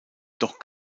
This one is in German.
doch